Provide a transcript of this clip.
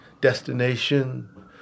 destination